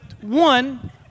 one